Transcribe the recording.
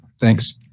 Thanks